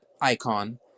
icon